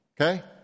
okay